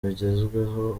bigezweho